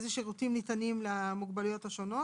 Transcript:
איזה שירותים ניתנים למוגבלויות השונות.